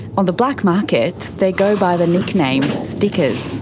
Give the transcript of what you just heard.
on the black market, they go by the nickname stickers.